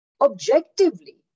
objectively